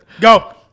Go